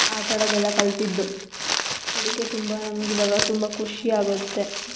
ಆಟಾಡೊದೆಲ್ಲ ಕಲಿತಿದ್ದು ಅದಕ್ಕೆ ತುಂಬ ನಮ್ಗೆ ಇವಾಗ ತುಂಬ ಖುಷಿ ಆಗುತ್ತೆ